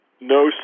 no